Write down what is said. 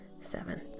Seven